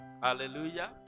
Hallelujah